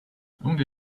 only